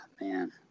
man